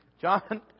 John